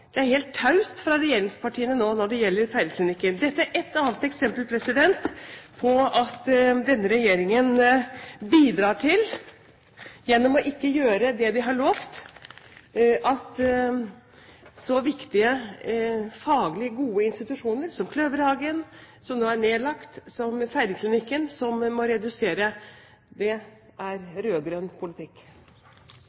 Det er helt taust fra regjeringspartiene nå når det gjelder Feiringklinikken. Dette er et annet eksempel på at denne regjeringen gjennom ikke å gjøre det de har lovet, bidrar til at en så viktig faglig god institusjon som Kløverhagen nå er nedlagt, og at Feiringklinikken må redusere. Det er